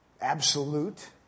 absolute